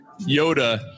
Yoda